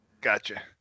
Gotcha